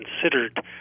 considered